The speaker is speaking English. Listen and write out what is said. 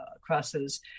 crosses